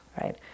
right